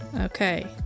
Okay